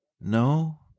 No